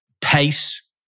pace